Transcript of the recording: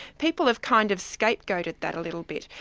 people have kind of scapegoated that a little bit.